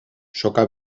soka